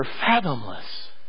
fathomless